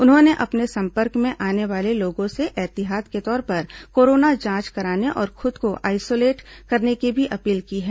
उन्होंने अपने संपर्क में आने वाले लोगों से एहतियात के तौर पर कोरोना जांच कराने और खुद को आइसोलेट करने की अपील की है